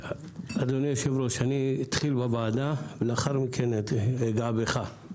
אדוני היושב-ראש, אתחיל בוועדה ואז אגע בך.